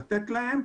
לתת להם.